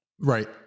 Right